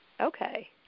Okay